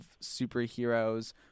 superheroes